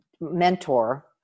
mentor